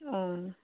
ꯑꯥ